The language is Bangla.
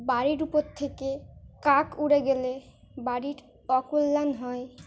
বাড়ির উপর থেকে কাক উড়ে গেলে বাড়ির অকল্যাণ হয়